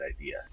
idea